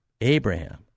Abraham